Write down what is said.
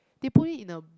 they put it in a